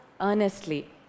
earnestly